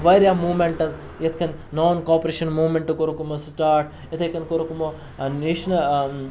واریاہ موٗمینٛٹٕز یِتھ کٔنۍ نان کاپریشَن موٗمینٛٹ کوٚرُکھ یِمو سٹاٹ یِتھَے کٔنۍ کوٚرُکھ یِمو نیشن